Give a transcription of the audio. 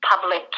public